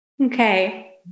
Okay